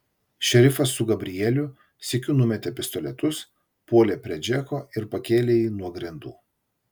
šerifas su gabrielių sykiu numetė pistoletus puolė prie džeko ir pakėlė jį nuo grindų